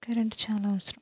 current చాలా అవసరం